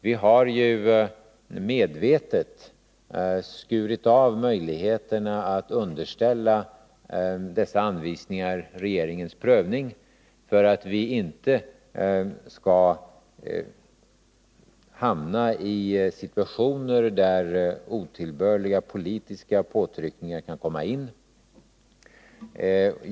Vi har ju medvetet skurit av möjligheterna att underställa dessa anvisningar regeringens prövning för att vi inte skall hamna i situationer där otillbörliga politiska påtryckningar kan komma in.